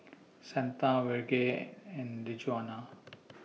Santa Virge and Djuana